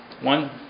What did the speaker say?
One